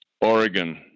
Oregon